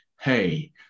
hey